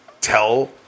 tell